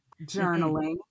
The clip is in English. journaling